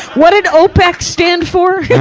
what did opec stand for?